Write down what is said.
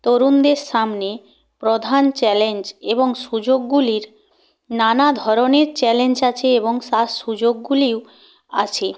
তরুণদের সামনে প্রধান চ্যালেঞ্জ এবং সুযোগগুলির নানা ধরনের চ্যালেঞ্জ আছে এবং সুযোগগুলিও আছে